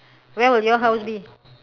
where will your house be